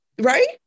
right